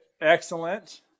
Excellent